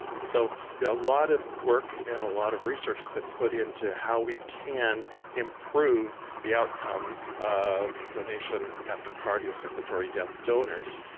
so a lot of work and a lot of research has been put into how we can improve the outcomes of donation after cardiocirculatory death donors.